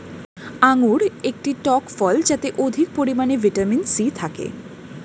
আঙুর একটি টক ফল যাতে অধিক পরিমাণে ভিটামিন সি থাকে